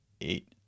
eight